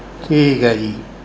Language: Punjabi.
ਠੀਕ ਹੈ ਜੀ